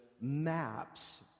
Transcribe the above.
maps